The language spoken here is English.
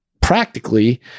practically